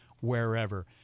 wherever